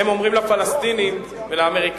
בטלוויזיה אתה אומר שזו לא עמדתך.